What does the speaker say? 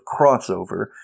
crossover